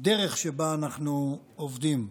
הדרך שבה אנחנו עובדים.